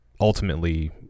ultimately